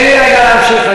תן לי רגע להמשיך.